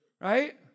Right